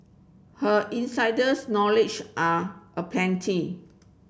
her insiders knowledge are aplenty